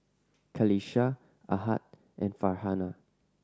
Qalisha Ahad and Farhanah